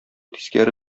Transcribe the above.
тискәре